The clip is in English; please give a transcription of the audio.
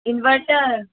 inverter